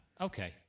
okay